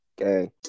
okay